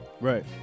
Right